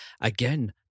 again